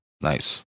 Nice